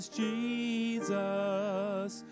jesus